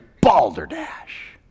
balderdash